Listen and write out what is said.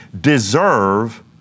deserve